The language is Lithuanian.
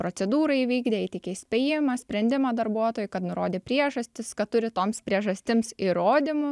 procedūrą įvykdė įteikė įspėjimą sprendimą darbuotojui kad nurodė priežastis kad turi toms priežastims įrodymų